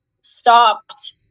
stopped